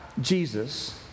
Jesus